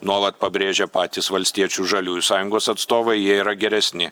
nuolat pabrėžia patys valstiečių žaliųjų sąjungos atstovai jie yra geresni